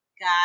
Got